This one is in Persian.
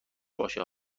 باشه